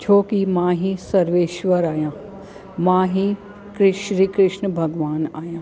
छो की मां ई स्वेश्वर आहियां मां ई कृष श्री कृष्ण भॻिवानु आहियां